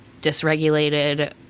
dysregulated